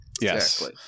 yes